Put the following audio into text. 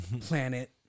planet